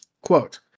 quote